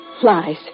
Flies